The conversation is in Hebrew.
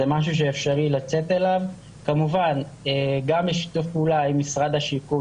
זה משהו שאפשרי לצאת אליו כמובן גם בשיתוף פעולה עם משרד השיכון